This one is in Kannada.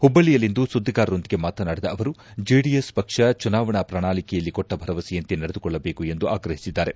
ಹುಬ್ಬಳಿಯಲ್ಲಿಂದು ಸುದ್ದಿಗಾರರೊಂದಿಗೆ ಮಾತನಾಡಿದ ಅವರು ಜೆಡಿಎಸ್ ಪಕ್ಷ ಚುನಾವಣಾ ಪ್ರಣಾಳಿಕೆಯಲ್ಲಿ ಕೊಟ್ಟ ಭರವಸೆಯಂತೆ ನಡೆದುಕೊಳ್ಳಬೇಕು ಎಂದು ಆಗ್ರಹಿಸಿದ್ದಾರೆ